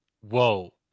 Whoa